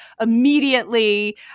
immediately